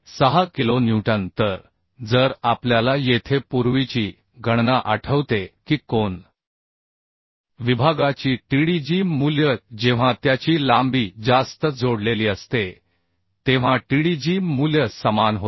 6 kilo newton तर जर आपल्याला येथे पूर्वीची गणना आठवते की कोन विभागाची Tdg मूल्य जेव्हा त्याची लांबी जास्त जोडलेली असते तेव्हा Tdg मूल्य समान होते